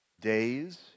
days